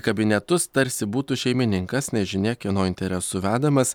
kabinetus tarsi būtų šeimininkas nežinia kieno interesų vedamas